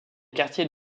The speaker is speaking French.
quartiers